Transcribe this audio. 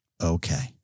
okay